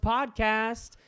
Podcast